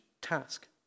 task